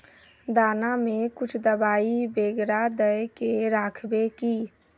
दाना में कुछ दबाई बेगरा दय के राखबे की?